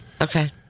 Okay